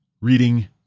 reading